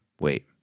wait